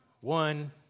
One